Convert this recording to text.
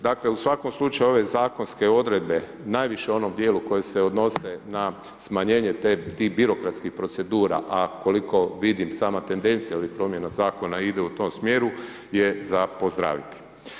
Dakle u svakom slučaju ove zakonske odredbe najviše u onom dijelu koje se odnose na smanjenje tih birokratskih procedura a koliko vidim sama tendencija ovih promjena zakona ide u tom smjeru je za pozdraviti.